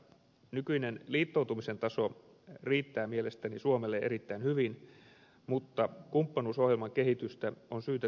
nykyinen liittoutumisen taso riittää mielestäni suomelle erittäin hyvin mutta kumppanuusohjelman kehitystä on syytä seurata tarkkaan